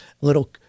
little